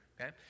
okay